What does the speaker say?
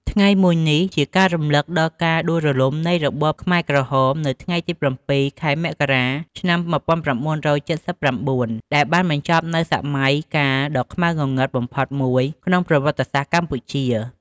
ថ្ងៃមួយនេះជាការរំលឹកដល់ការដួលរលំនៃរបបខ្មែរក្រហម នៅថ្ងៃទី៧ ខែមករា ឆ្នាំ១៩៧៩ ដែលបានបញ្ចប់នូវសម័យកាលដ៏ខ្មៅងងឹតបំផុតមួយក្នុងប្រវត្តិសាស្ត្រកម្ពុជា។